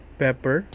pepper